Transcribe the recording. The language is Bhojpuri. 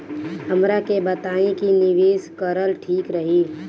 हमरा के बताई की निवेश करल ठीक रही?